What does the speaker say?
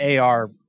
ar